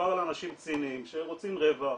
מדובר על אנשים ציניים שרוצים רווח,